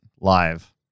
live